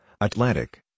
Atlantic